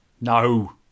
No